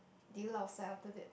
did you laosai after that